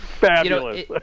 Fabulous